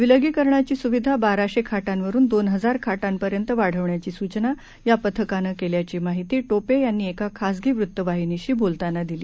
विलगीकरणाची सुविधा बाराशे खाटांवरून दोन हजार खाटांपर्यंत वाढवण्याची सूचना या पथकानं केल्याची माहिती टोपे यांनी एका खासगी वृत्तवाहिनीशी बोलताना दिली